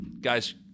Guys